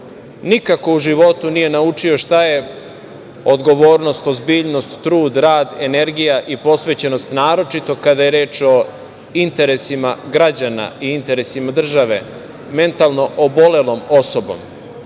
nikako u životu nije naučio šta je odgovornost, ozbiljnost, trud, rad, energija i posvećenost, naročito kada je reč interesima građana i interesima države, mentalno obolelom osobom